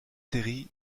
série